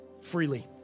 freely